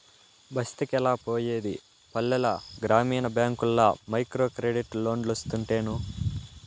బస్తికెలా పోయేది పల్లెల గ్రామీణ బ్యాంకుల్ల మైక్రోక్రెడిట్ లోన్లోస్తుంటేను